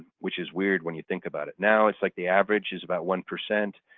which is weird when you think about it. now it's like the average is about one percent.